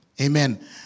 amen